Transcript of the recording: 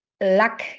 luck